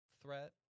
threat